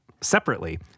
separately